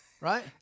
Right